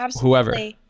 whoever